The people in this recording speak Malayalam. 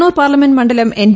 കണ്ണൂർ പാർലമെന്റ് മണ്ഡലം എൻ